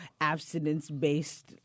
abstinence-based